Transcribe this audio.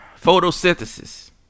Photosynthesis